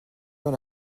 dans